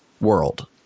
world